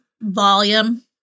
volume